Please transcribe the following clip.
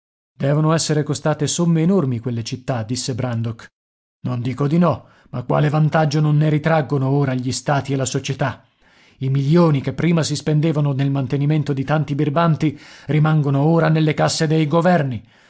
devono esser costate somme enormi quelle città disse brandok non dico di no ma quale vantaggio non ne ritraggono ora gli stati e la società i milioni che prima si spendevano nel mantenimento di tanti birbanti rimangono ora nelle casse dei governi